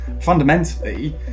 Fundamentally